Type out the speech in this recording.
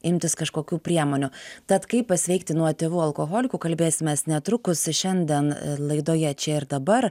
imtis kažkokių priemonių tad kaip pasveikti nuo tėvų alkoholikų kalbėsimės netrukus šiandien laidoje čia ir dabar